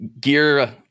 gear